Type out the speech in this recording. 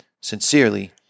Sincerely